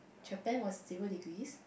Japan was zero degrees